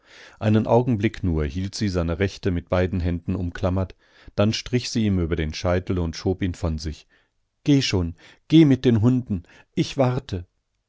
einen augenblick nur hielt sie seine rechte mit beiden händen umklammert dann strich sie ihm über den scheitel und schob ihn von sich geh schon geh mit den hunden ich warte